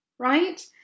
Right